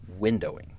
windowing